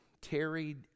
tarried